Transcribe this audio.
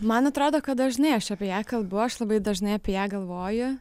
man atrodo kad dažnai aš apie ją kalbu aš labai dažnai apie ją galvoju